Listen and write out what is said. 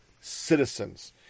citizens